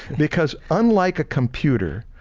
because unlike a computer,